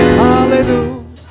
hallelujah